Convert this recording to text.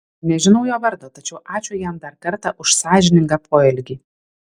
nežinau jo vardo tačiau ačiū jam dar kartą už sąžiningą poelgį